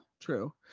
True